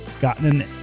gotten